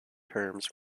terms